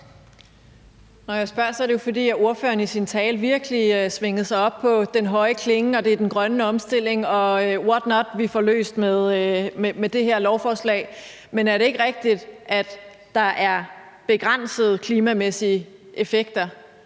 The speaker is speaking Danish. Når jeg spørger, er det jo, fordi ordføreren i sin tale virkelig kom op på den høje klinge, og det er den grønne omstilling og what not, vi får løst med det her lovforslag. Men er det ikke rigtigt, at der er begrænsede klimamæssige effekter